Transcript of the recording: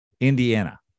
Indiana